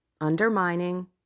undermining